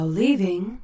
leaving